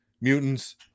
Mutants